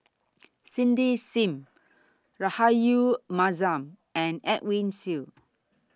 Cindy SIM Rahayu Mahzam and Edwin Siew